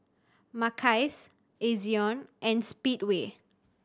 Mackays Ezion and Speedway